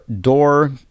door